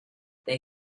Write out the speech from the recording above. they